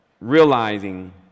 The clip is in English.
realizing